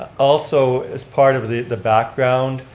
also as part of the the background,